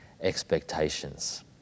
expectations